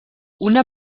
una